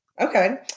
Okay